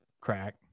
Crack